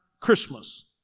Christmas